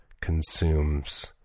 consumes